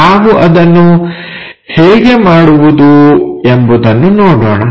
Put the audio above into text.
ನಾವು ಅದನ್ನು ಹೇಗೆ ಮಾಡುವುದು ಎಂಬುದನ್ನು ನೋಡೋಣ